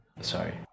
Sorry